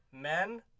Men